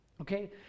okay